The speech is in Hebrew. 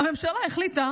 הממשלה החליטה